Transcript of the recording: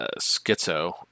schizo